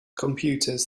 computers